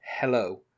Hello